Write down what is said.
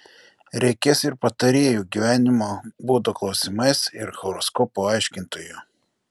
reikės ir patarėjų gyvenimo būdo klausimais ir horoskopų aiškintojų